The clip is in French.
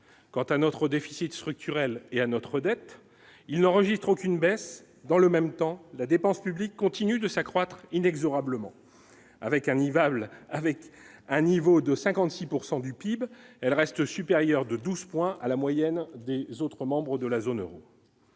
quant à notre déficit structurel et à notre dette il n'enregistre aucune baisse dans le même temps, la dépense publique continue de s'accroître inexorablement avec un immeuble avec un niveau de 56 pourcent du PIB, elle reste supérieure de 12 points à la moyenne des autres membres de la zone Euro.